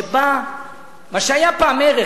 שבה מה שהיה פעם ערך,